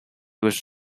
was